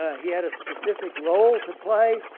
ah he had a specific role to play.